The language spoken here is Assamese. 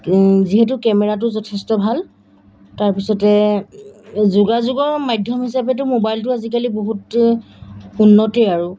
যিহেতু কেমেৰাটো যথেষ্ট ভাল তাৰপিছতে যোগাযোগৰ মাধ্যম হিচাপেতো মোবাইলটো আজিকালি বহুত উন্নতেই আৰু